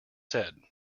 said